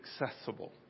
accessible